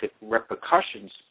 repercussions